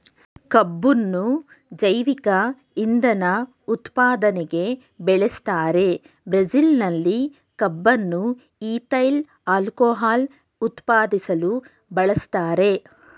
ಕಬ್ಬುನ್ನು ಜೈವಿಕ ಇಂಧನ ಉತ್ಪಾದನೆಗೆ ಬೆಳೆಸ್ತಾರೆ ಬ್ರೆಜಿಲ್ನಲ್ಲಿ ಕಬ್ಬನ್ನು ಈಥೈಲ್ ಆಲ್ಕೋಹಾಲ್ ಉತ್ಪಾದಿಸಲು ಬಳಸ್ತಾರೆ